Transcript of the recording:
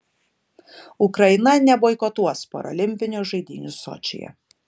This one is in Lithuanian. ukraina neboikotuos parolimpinių žaidynių sočyje